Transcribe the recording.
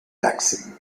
taxing